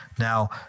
Now